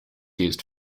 used